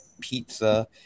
Pizza